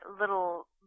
little